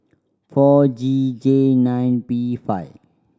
four G J nine P five